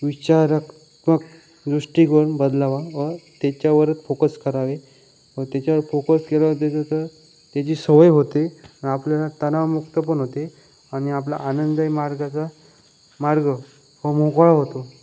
विचारक पूरक दृष्टिकोन बदलावा व त्याच्यावरच फोकस करावे व त्याच्यावर फोकस केल्यावर ते तिथे त्याची सवय होते आणि आपल्याला तणावमुक्त पण होते आणि आपला आनंददायी मार्गाचा मार्ग हा मोकळा होतो